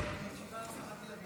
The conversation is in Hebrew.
משיבה השרה גילה גמליאל.